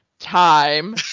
time